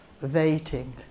waiting